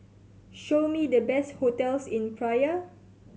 show me the best hotels in Praia